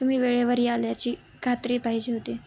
तुम्ही वेळेवर याल याची खात्री पाहिजे होती